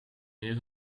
meer